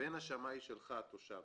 בין השמאי שלך, התושב,